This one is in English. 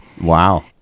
Wow